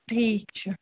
ٹھیٖک چھِ